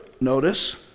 notice